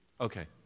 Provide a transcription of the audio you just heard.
Okay